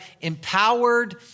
empowered